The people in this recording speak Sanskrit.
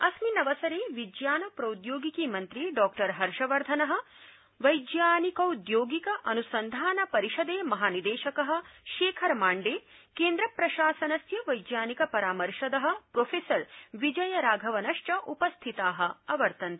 अस्मिन अवसरे विज्ञान प्रौद्योगिकी मन्त्री डॉ् हर्षवर्धन वैज्ञानिकौद्योगिक अनुसन्धान परिषदे महानिदेशक शेखरमाण्डे केन्द्रप्रशासनस्य वैज्ञानिक परमर्शद प्रो् विजय राघवनश्च उपास्थिता अवर्तन्त